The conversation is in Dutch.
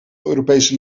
europese